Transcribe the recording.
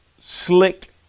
slick